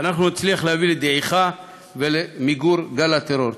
אנחנו נצליח להביא לדעיכה ולמיגור גל הטרור.